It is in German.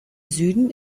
süden